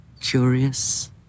curious